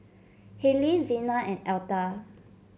Hailie Xena and Altha